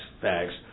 facts